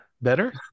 Better